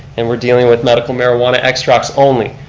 and we're dealing with medical marijuana extracts only,